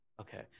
okay